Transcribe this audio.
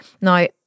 Now